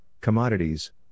commodities